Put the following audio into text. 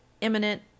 imminent